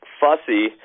fussy